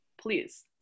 Please